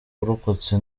uwarokotse